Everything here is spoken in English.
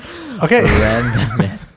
Okay